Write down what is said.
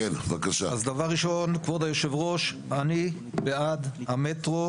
אז דבר ראשון כבוד היושב ראש אני בעד המטרו